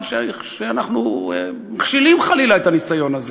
שאנחנו מכשילים חלילה את הניסיון הזה.